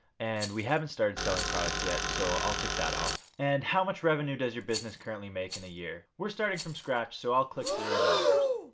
and we haven't started selling products yet so i'll tick that off. and how much revenue does your business currently make in a year. we're starting from scratch so i click zero dollars.